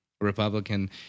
Republican